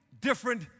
different